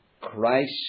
Christ